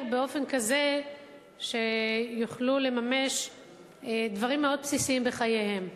באופן כזה שיוכלו לממש דברים מאוד בסיסיים בחייהם.